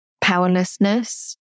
powerlessness